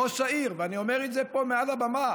ראש העיר, אני אומר את זה פה מעל הבמה,